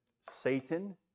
Satan